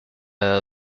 edad